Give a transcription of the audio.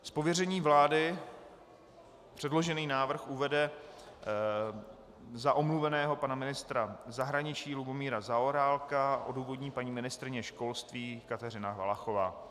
Z pověření vlády předložený návrh uvede za omluveného pana ministra zahraničí Lubomíra Zaorálka a odůvodní paní ministryně školství Kateřina Valachová.